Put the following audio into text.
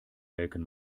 melken